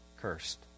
cursed